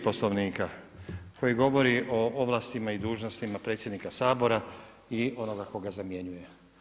Poslovnika koji govori o ovlastima i dužnostima predsjednika Sabora i onoga tko ga zamjenjuje.